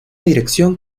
dirección